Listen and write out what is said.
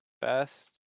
best